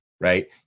Right